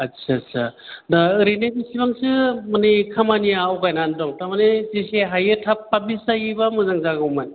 आदसासा दा ओरैनो बेसेबांसो मानि खामानिया आवगायनानै दं थारमानि जेसे हायो थाब फाब्लिस जायोबा मोजां जागौमोन